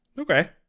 Okay